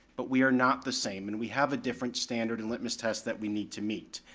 but we are not the same, and we have a different standard and litmus test that we need to meet.